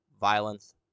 violence